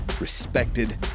respected